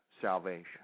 salvation